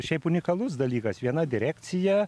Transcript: šiaip unikalus dalykas viena direkcija